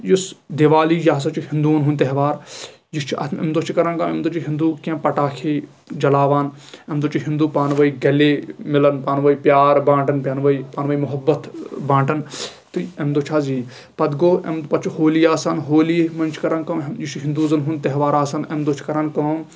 یُس دیوالی یہِ ہسا چھُ ہِنٛدون ہُنٛد تہوار یہِ چھُ اکھ اَمہِ دۄہ چھِ کران کٲم اَمہِ دۄہ چھِ ہِنٛدو کیٚنٛہہ پَٹاکھے جلاوان اَمہِ دۄہ چھِ ہِنٛدو پانہٕ ؤنۍ گِلے مِلان پٲنہٕ ؤنۍ پیار باٹان پانہٕ ؤنۍ پانہٕ ؤنۍ مُحبت باٹان تہٕ اَمہِ دۄہ چھِ حظ یی پَتہٕ گوٚو اَمہِ پَتہٕ چھِ ہولی آسان ہولی منٛز چھِ کران کٲم یہِ چھُ ہِنٛدوزن ہُنٛد تہوار آسان اَمہِ دۄہ چھِ کران کٲم